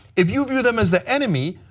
if you view them as the enemy,